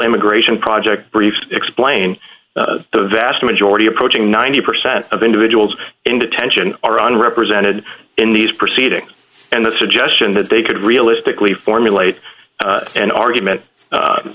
immigration project brief explain the vast majority approaching ninety percent of individuals in detention are unrepresented in these proceedings and the suggestion that they could realistically formulate an argument